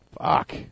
Fuck